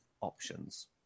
options